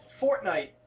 Fortnite